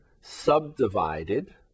subdivided